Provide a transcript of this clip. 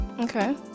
Okay